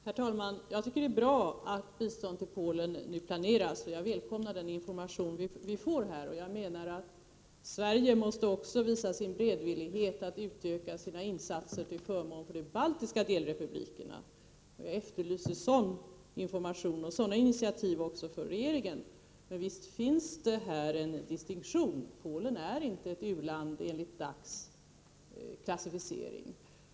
Herr talman! Jag tycker att det är bra att det nu planeras bistånd till Polen, och jag välkomnar den information vi här får. Jag menar att Sverige också måste visa sin beredvillighet att utöka sina insatser till förmån för de baltiska delrepublikerna, och jag efterlyser information från regeringen om sådana initiativ. Men visst finns här en distinktion — Polen är inte ett u-land enligt DAC:s klassificering.